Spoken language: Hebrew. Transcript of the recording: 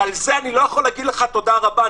ועל זה איני יכול לומר לך תודה רבה.